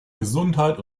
gesundheit